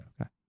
okay